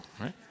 right